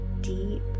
deep